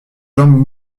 jambes